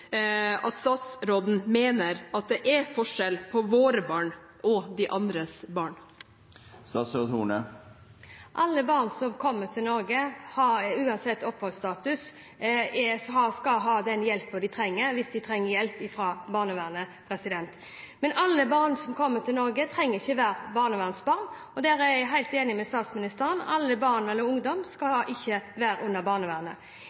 at statsråden mener at det er forskjell på våre barn og de andres barn? Alle barn som kommer til Norge, har – uansett oppholdsstatus – og skal ha den hjelpen de trenger, hvis de trenger hjelp fra barnevernet. Men alle barn som kommer til Norge, trenger ikke å være barnevernsbarn. Der er jeg helt enig med statsministeren: Alle barn eller all ungdom skal ikke være under barnevernet.